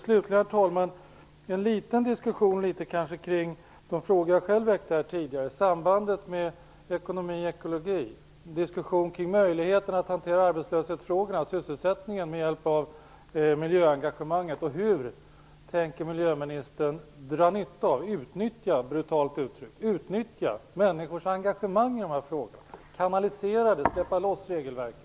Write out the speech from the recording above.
Slutligen skulle jag, herr talman, vilja ha en liten diskussion kring de frågor jag själv väckte tidigare, nämligen om sambandet mellan ekonomi och ekologi, en diskussion om möjligheterna att hantera arbetslösheten och sysselsättningen med hjälp av miljöengagemanget. Hur tänker miljöministern dra nytta av, eller utnyttja, brutalt uttryckt, människors engagemang i de här frågorna, kanalisera det och släppa loss regelverket?